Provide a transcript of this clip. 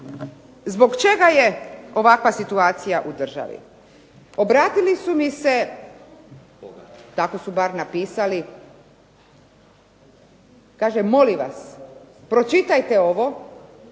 zbog čega je ovakva situacija u državi? Obratili su mi se, tako su bar napisali, kaže: "Molim vas, pročitajte ovo